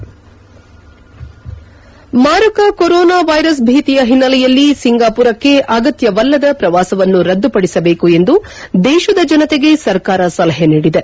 head ಮಾರಕ corona virus ಭೀತಿಯ ಹಿನ್ನೆಲೆಯಲ್ಲಿ ಸಿಂಗಾಮರಕ್ಕೆ ಅಗತ್ಯವಲ್ಲದ ಪ್ರವಾಸವನ್ನು ರದ್ದುಪಡಿಸಬೇಕು ಎಂದು ದೇಶದ ಜನತೆಗೆ ಸರ್ಕಾರ ಸಲಹೆ ನೀಡಿದೆ